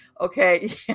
Okay